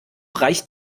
reicht